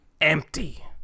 Empty